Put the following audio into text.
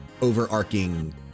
overarching